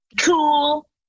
cool